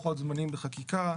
לוחות זמנים בחקיקה.